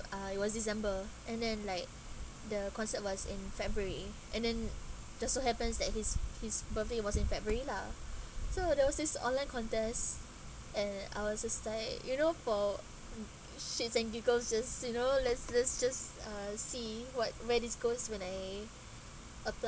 uh it was december and then like the concert was in february and then just so happens that his his birthday was in february lah so there was this online contest and I was to stay you know for uh shits and giggles just you know let's let's just uh see what where this goes when I apply